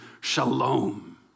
Shalom